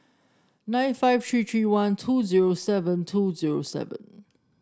nine five three three one two zero seven two zero seven